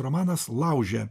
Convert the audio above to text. romanas laužė